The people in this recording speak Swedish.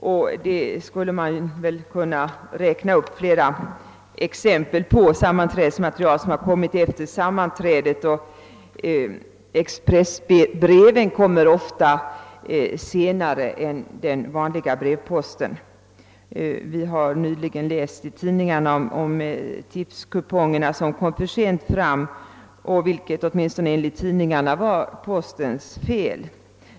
Flera exempel på förseningar skulle kunna nämnas: sammanträdesmaterial som kommit efter sammanträdet, expressbrev som ofta kommer senare än vanlig brevpost etc. Vi har nyligen läst i tidningarna om tipskupongerna som kom för sent fram, vilket åtminstone enligt tidningarna var postens fel.